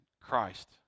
Christ